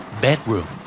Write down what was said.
Bedroom